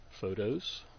Photos